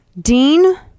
dean